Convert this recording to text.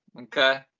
okay